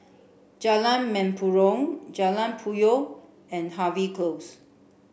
Jalan Mempurong Jalan Puyoh and Harvey Close